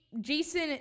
Jason